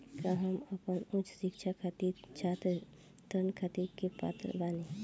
का हम अपन उच्च शिक्षा खातिर छात्र ऋण खातिर के पात्र बानी?